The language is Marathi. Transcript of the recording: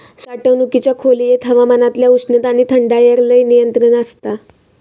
साठवणुकीच्या खोलयेत हवामानातल्या उष्णता आणि थंडायर लय नियंत्रण आसता